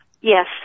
Yes